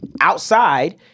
outside